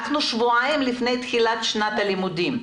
אנחנו שבועיים לפני תחילת שנת הלימודים.